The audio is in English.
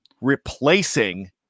replacing